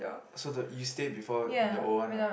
so the you stay before in the old one ah